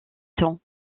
temps